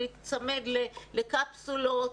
להיצמד לקפסולות.